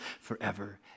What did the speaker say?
forever